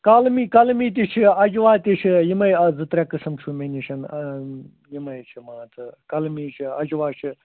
کلمی کلمی تہِ چھِ اجوا تہِ چھِ یِمٕے زٕ ترٛےٚ قٕسٕم چھُو مےٚ نِش یِمٕے چھِ مان ژٕ کلمی چھِ اجوا چھِ